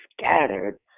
scattered